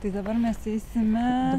tai dabar mes eisime